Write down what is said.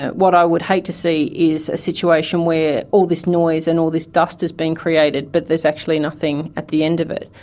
what i would hate to see is a situation where all this noise and all this dust has been created but there's actually nothing at the end of it.